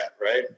right